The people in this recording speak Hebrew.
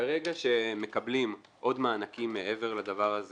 ברגע שמקבלים עוד מענקים מעבר לדבר הזה